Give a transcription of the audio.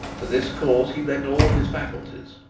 to this cause he lent all his faculties.